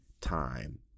time